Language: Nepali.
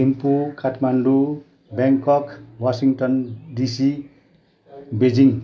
Thimphu Kathmandu Bangkok Washington DC Beijing